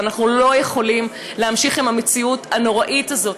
ואנחנו לא יכולים להמשיך עם המציאות הנוראית הזאת.